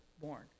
born